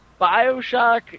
Bioshock